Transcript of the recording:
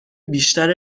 بیشتر